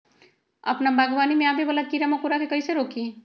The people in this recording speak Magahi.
अपना बागवानी में आबे वाला किरा मकोरा के कईसे रोकी?